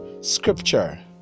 scripture